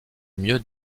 mieux